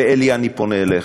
ואלי, אני פונה אליך,